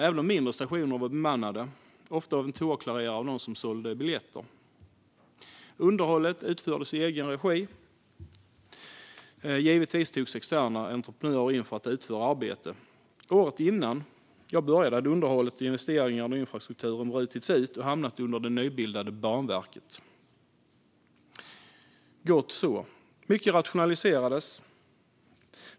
Även de mindre stationerna var bemannade, ofta av en tågklarerare och någon som sålde biljetter. Underhållet utfördes i egen regi, men givetvis togs externa entreprenörer också in för att utföra arbete. Året innan jag började hade underhållet av och investeringarna i infrastrukturen brutits ut och hamnat under det nybildade Banverket. Gott så. Det var mycket som rationaliserades.